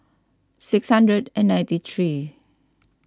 six hundred ninety three